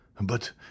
But